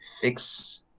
fix